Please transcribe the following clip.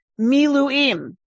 miluim